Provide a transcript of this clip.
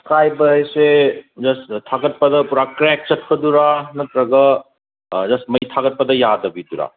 ꯀꯥꯏꯕ ꯍꯥꯏꯁꯦ ꯖꯁ ꯊꯥꯒꯠꯄꯗ ꯄꯨꯔꯥ ꯀ꯭ꯔꯦꯛ ꯆꯠꯄꯗꯨꯔ ꯅꯠꯇ꯭ꯔꯒ ꯖꯁ ꯃꯩ ꯊꯥꯒꯠꯄꯗ ꯌꯥꯗꯕꯤꯗꯨꯔꯣ